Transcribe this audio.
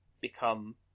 become